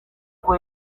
ngo